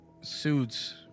suits